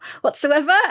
whatsoever